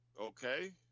okay